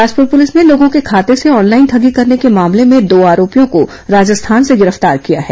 Bilaspur police ने लोगों के खातों से ऑनलाईन ठगी करने के मामले में दो आरोपियों को राजस्थान से गिरफ्तार किया है